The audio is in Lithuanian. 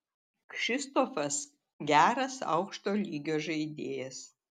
kšištofas geras aukšto lygio žaidėjas